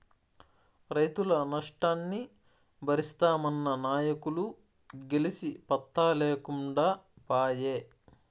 రైతుల నష్టాన్ని బరిస్తామన్న నాయకులు గెలిసి పత్తా లేకుండా పాయే